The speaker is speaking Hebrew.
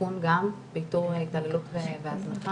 בסיכון גם, באיתור התעללות והזנחה